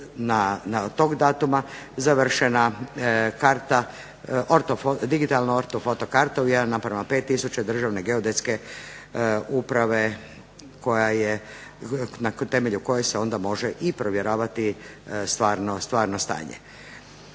je tog datuma završena digitalna ortofoto karta u 1:5000 Državne geodetske uprave na temelju koje se onda može i provjeravati stvarno stanje.